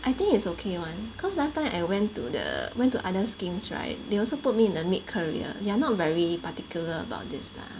I think it's okay [one] cause last time I went to the went to other schemes right they also put me in the mid career they are not very particular about this lah